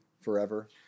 forever